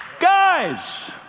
Guys